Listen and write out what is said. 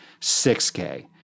6K